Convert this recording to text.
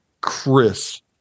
Chris